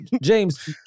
James